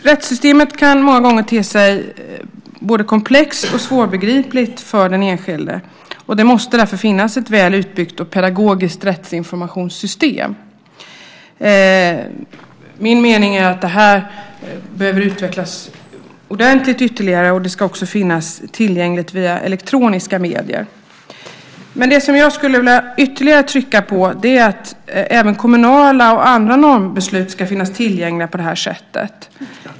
Rättssystemet kan många gånger te sig både komplext och svårbegripligt för den enskilde, och det måste därför finnas ett väl utbyggt och pedagogiskt rättsinformationssystem. Min mening är att det här behöver utvecklas ordentligt ytterligare, och det ska också finnas tillgängligt via elektroniska medier. Något som jag skulle vilja trycka ytterligare på är att även kommunala och andra normbeslut ska finnas tillgängliga på det här sättet.